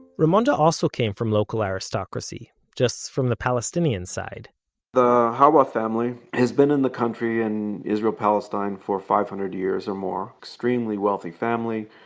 raymonda also came from local aristocracy. just from the palestinian side the hawa family has been in the country, in israel palestine for five-hundred years or more. extremely wealthy family,